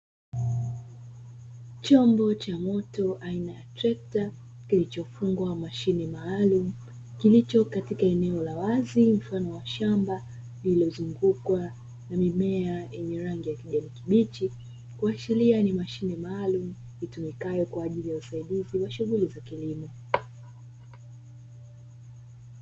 Chombo cha moto aina ya trekta kilichofungwa mashine maalumu kilicho katika eneo la wazi mfano wa shamba lililozungukwa na mimea yenye rangi ya kijani kibichi, kuashiria ni mashine maalumu itumikayo kwa ajili ya usaidizi wa shughuli za kilimo.